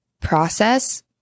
process